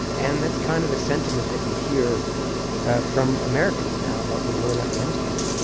and that's kind of the sentiment that you hear from americans now about the war in afghanistan.